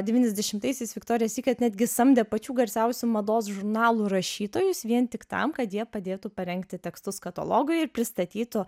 devyniasdešimtaisiais viktorija sykret netgi samdė pačių garsiausių mados žurnalų rašytojus vien tik tam kad jie padėtų parengti tekstus katalogui ir pristatytų